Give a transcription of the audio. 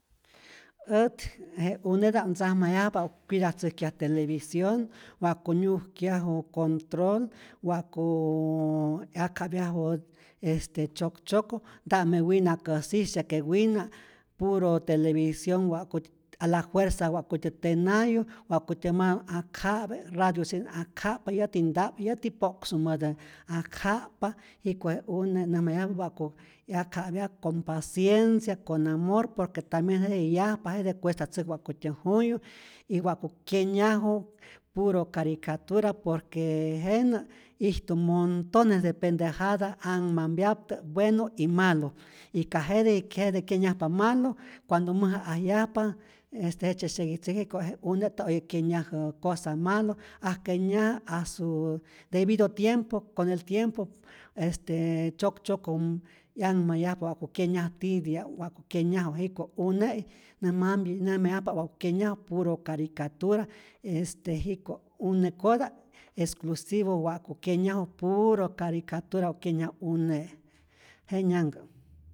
Ät je uneta'p ntzajmayajpa't cuidatzäjkyaj television, wa'ku nyujkyaju control, wa'kuuu 'yakja'pyaju este tzyok tzyoko, ntame winakäsisye, que wina puro televisón wa'ku a la juerza wa'kutyä tenayu, wa'kutyä manh akja'pe, radiusye'in akja'pa, yäti ta'p, yäti po'ksumätä akja'p'pa, jiko je une näjmayajpa't wa'ku 'yakja'pyaj, con paciencia, con amor, por que tambien jete yajpa, jete cuestatatzäk wa'kutyä juyu y wa'ku kyenyaju puro caricatura, por que jenä ijtu montones de pentejata anhmampyaptä bueno y malo, y ka jete jete kyenyajpa malo cuando mäja'ajyajpa jejtzye syeguitzäj, jiko je une' nta oye kyenajä cosa malo, aj kenya' a su debido tiempo, con el tiempo este tzyoktzyom 'yanhmayajpa wa'ku kyenyaj titi'ap wa'ku kyenyaju, jiko une' näjmampya't näjmayajpa't wa'ku kyenaju puro caricatura, este jiko' une'kota esclusivo wa'ku kyenyaju puro caricatura wa'ku kyenyaju une', jenyanhkä'.